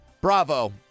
Bravo